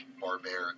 barbaric